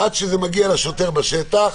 עד שזה מגיע לשוטר בשטח,